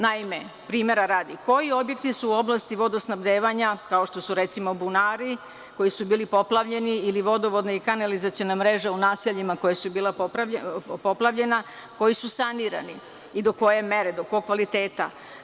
Naime, primera radi, koji objekti su u oblasti vodosnabdevanja, kao što su, recimo, bunari koji su bili poplavljeni ili vodovodna i kanalizaciona mreža, u naseljima koja su bila poplavljena, koji su sanirani i do koje mere, do kog kvaliteta?